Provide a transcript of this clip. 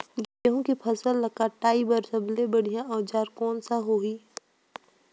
गहूं के फसल ला कटाई बार सबले बढ़िया औजार कोन सा होही?